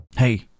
Hey